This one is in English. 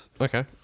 okay